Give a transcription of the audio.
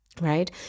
Right